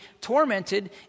tormented